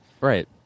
Right